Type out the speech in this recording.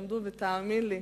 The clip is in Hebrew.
ותאמין לי,